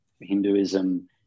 Hinduism